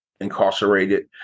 incarcerated